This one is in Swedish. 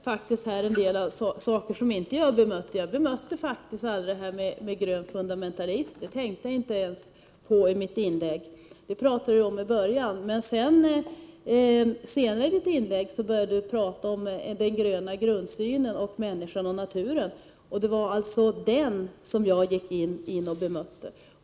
Herr talman! Anders Castberger bemöter här en del saker som jag aldrig tog upp. Jag tänkte inte ens på att ta upp detta med grön fundamentalism i mitt inlägg. Anders Castberger talade om det i början, men senare i sitt inlägg talade han om den gröna grundsynen och människan och naturen. Det var alltså detta som jag gick in och bemötte.